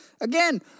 Again